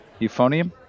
Euphonium